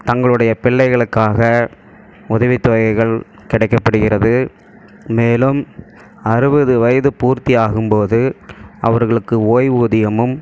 தங்களுடைய பிள்ளைகளுக்காக உதவித்தொகைகள் கிடைக்கப்படுகிறது மேலும் அறுபது வயது பூர்த்தி ஆகும் போது அவர்களுக்கு ஓய்வூதியமும்